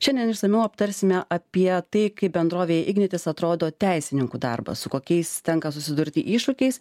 šiandien išsamiau aptarsime apie tai kaip bendrovei ignitis atrodo teisininkų darbas su kokiais tenka susidurti iššūkiais